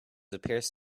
appears